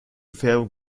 färbung